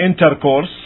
intercourse